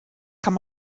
kann